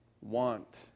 want